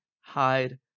hide